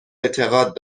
اعتقاد